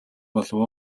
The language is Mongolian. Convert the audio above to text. болов